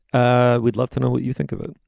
ah we'd love to know what you think of it.